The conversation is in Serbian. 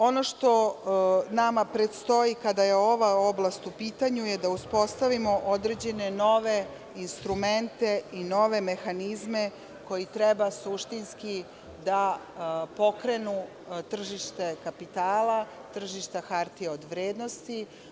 Ono što nama predstoji kada je ova oblast u pitanju je da uspostavimo određene nove instrumente i nove mehanizme koji treba suštinski da pokrenu tržište kapitala, tržište hartija od vrednosti.